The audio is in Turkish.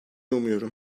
umuyorum